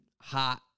hot